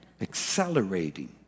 accelerating